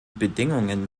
bedingungen